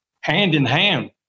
hand-in-hand